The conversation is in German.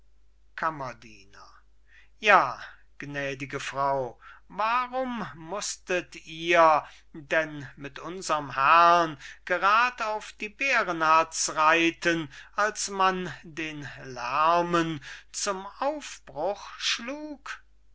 kammerdiener ja gnädige frau warum mußtet ihr denn mit unserm herrn gerad auf die bärenhatz reiten als man den lärmen zum aufbruch schlug